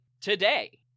today